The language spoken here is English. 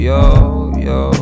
Yo-yo